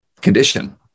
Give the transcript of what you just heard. condition